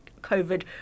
COVID